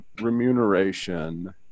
remuneration